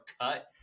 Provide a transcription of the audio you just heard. cut